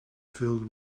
filled